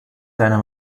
seiner